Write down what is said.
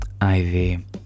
Ivy